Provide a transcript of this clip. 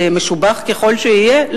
משובח ככל שיהיה?